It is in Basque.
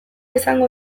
izango